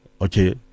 Okay